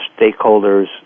stakeholders